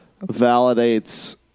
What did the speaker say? validates